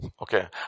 Okay